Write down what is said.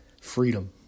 freedom